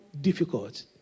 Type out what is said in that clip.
difficult